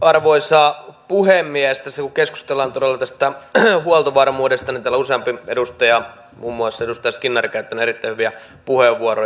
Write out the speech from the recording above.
tässä kun keskustellaan todella tästä huoltovarmuudesta niin täällä useampi edustaja muun muassa edustaja skinnari on käyttänyt erittäin hyviä puheenvuoroja